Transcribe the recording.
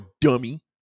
dummy